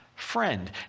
friend